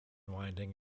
winding